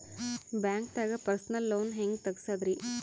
ಬ್ಯಾಂಕ್ದಾಗ personal loan ಹೆಂಗ್ ತಗ್ಸದ್ರಿ?